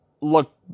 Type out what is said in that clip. look